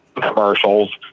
commercials